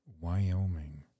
Wyoming